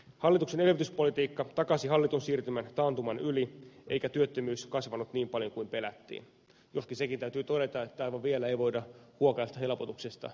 hallituksen elvytyspolitiikka takasi hallitun siirtymän taantuman yli eikä työttömyys kasvanut niin paljon kuin pelättiin joskin sekin täytyy todeta että aivan vielä ei voida huokaista helpotuksesta